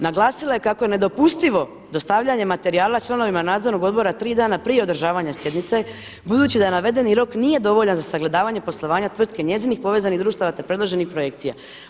Naglasila je kako je nedopustivo dostavljanje materijala članovima nadzornog odbora tri dana prije održavanja sjednice, budući da navedeni rok nije dovoljan za sagledavanje poslovanja tvrtke i njezinih povezanih društava, te predloženih projekcija.